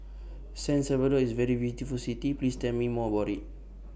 San Salvador IS A very beautiful City Please Tell Me More about IT